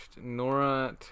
Nora